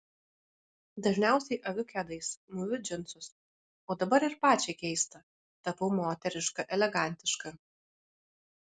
dažniausiai aviu kedais mūviu džinsus o dabar ir pačiai keista tapau moteriška elegantiška